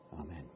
Amen